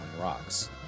rocks